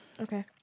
Okay